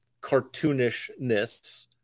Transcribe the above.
cartoonishness